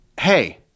Hey